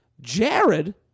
Jared